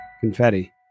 confetti